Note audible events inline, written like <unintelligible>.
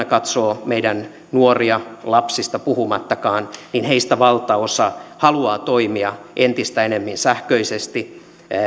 <unintelligible> katsoo meidän nuoriamme lapsista puhumattakaan niin heistä valtaosa haluaa toimia entistä enemmän sähköisesti